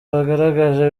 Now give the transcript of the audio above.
bagaragaje